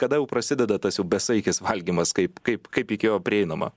kada jau prasideda tas jau besaikis valgymas kaip kaip kaip iki jo prieinama